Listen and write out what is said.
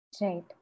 Right